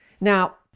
Now